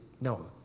no